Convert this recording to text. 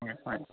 হয় হয়